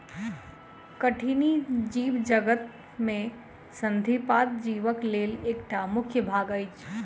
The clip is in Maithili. कठिनी जीवजगत में संधिपाद जीवक लेल एकटा मुख्य भाग अछि